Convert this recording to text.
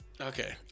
Okay